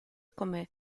come